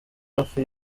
hafi